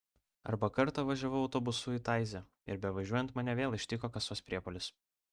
arba kartą važiavau autobusu į taizė ir bevažiuojant mane vėl ištiko kasos priepuolis